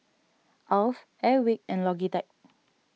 Alf Airwick and Logitech